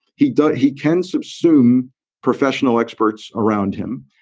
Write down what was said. he does he can subsume professional experts around him.